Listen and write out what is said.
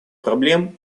проблем